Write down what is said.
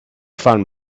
fun